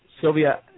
Sylvia